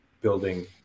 building